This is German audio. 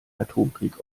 atomkrieg